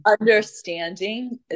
understanding